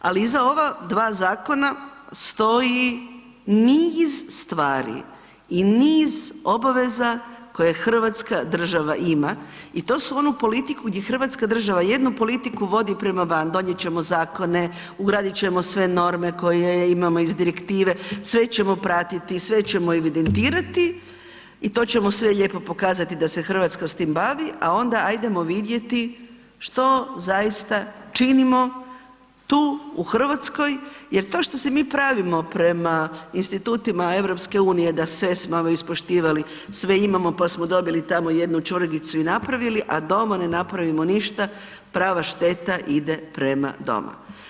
Ali stoji niz stvari i niz obaveza koje hrvatska država ima i to svu onu politiku gdje hrvatska država jednu politiku vodi prema van, donijet ćemo zakone, ugradit će sve norme koje imamo iz direktive, sve ćemo pratiti, sve ćemo evidentirati i to ćemo sve lijepo pokazati da se Hrvatska s tim bavi a onda ajdemo vidjeti što zaista činimo tu u Hrvatskoj jer to što se mi pravimo prema institutima EU-a da sve smo ispoštivali, sve imamo pa smo dobili tamo jednu čvrgicu i napravili a doma ne napravimo ništa, prava šteta ide prema doma.